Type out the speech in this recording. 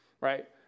right